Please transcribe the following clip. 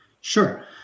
Sure